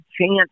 chance